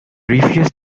refuse